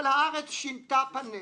אבל הארץ שינתה פניה,